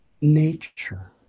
nature